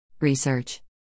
Research